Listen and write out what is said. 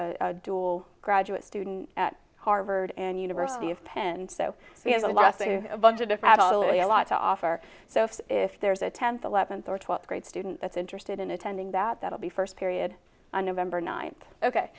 a dual graduate student at harvard and university of penn so he has a lot of a bunch of different a lot to offer so if there's a tenth eleventh or twelfth grade student that's interested in attending that that'll be first period on nov ninth ok